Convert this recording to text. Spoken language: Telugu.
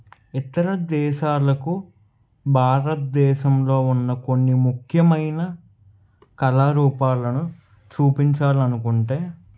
ఇతర దేశాలకు భారద్దేశంలో ఉన్న కొన్ని ముఖ్యమైన కళారూపాలను చూపించాలనుకుంటే